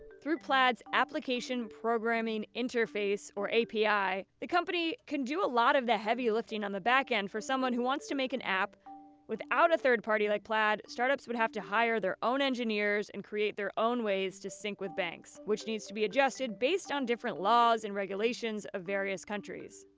through plaid's, application programming interface or api, the company can do a lot of the heavy lifting on the back end for someone who wants to make an app without a third party like plaid, startups would have to hire their own engineers and create their own ways to sync with banks, which needs to be adjusted based on different laws and regulations of various countries.